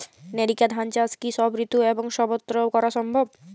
NERICA ধান চাষ কি সব ঋতু এবং সবত্র করা সম্ভব?